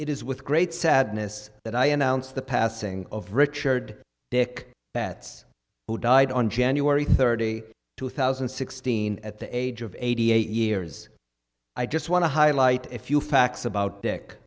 it is with great sadness that i announce the passing of richard dick betts who died on january thirty two thousand and sixteen at the age of eighty eight years i just want to highlight a few facts about dick